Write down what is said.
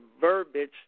verbiage